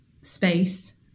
space